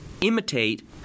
imitate